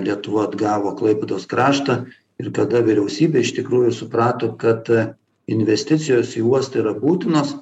lietuva atgavo klaipėdos kraštą ir kada vyriausybė iš tikrųjų suprato kad investicijos į uostą yra būtinos